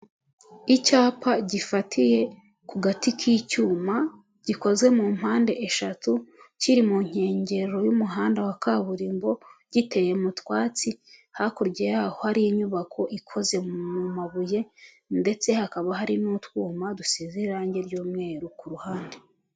Icyapa gifatiye ku gati k'icyuma, gikozwe mu mpande eshatu, kiri mu nkengero y'umuhanda wa kaburimbo, giteye mu twatsi, hakurya yaho hari inyubako ikoze mu mabuye ndetse hakaba hari n'utwuma dusize irangi ry'umweru ku ruhande.